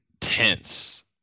tense